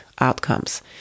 outcomes